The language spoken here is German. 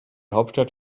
hauptstadt